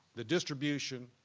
the distribution,